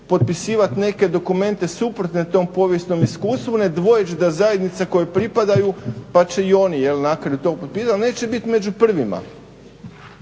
potpisivati neke dokumente suprotne tom povijesnom iskustvu ne dvojeć da zajednica kojoj pripadaju pa će i on na kraju to potpisati, ali neće biti među prvima.